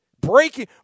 Breaking